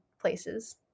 places